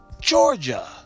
Georgia